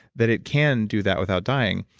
that it can do that without dying.